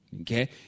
Okay